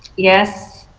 yes,